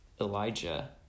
Elijah